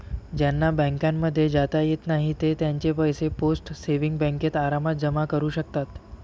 ज्यांना बँकांमध्ये जाता येत नाही ते त्यांचे पैसे पोस्ट सेविंग्स बँकेत आरामात जमा करू शकतात